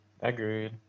Agreed